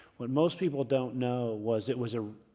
what most people don't know was it was a,